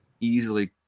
easily